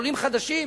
עולים חדשים?